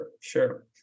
sure